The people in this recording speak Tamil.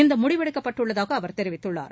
இந்த முடிவெடுக்கப்பட்டுள்ளதாக அவர் தெரிவித்துள்ளார்